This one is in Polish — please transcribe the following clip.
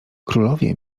królowie